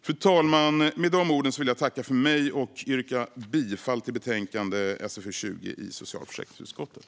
Fru talman! Med dessa ord vill jag tacka för mig och yrka bifall till förslaget i betänkande SfU20 i socialförsäkringsutskottet.